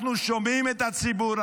אנחנו שומעים את הציבור,